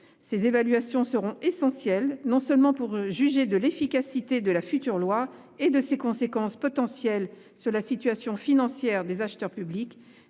Ces évaluations seront essentielles, non seulement pour juger de l'efficacité de la future loi et de ses conséquences potentielles sur la situation financière des acheteurs publics,